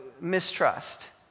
Mistrust